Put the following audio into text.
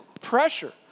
pressure